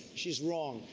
she's wrong,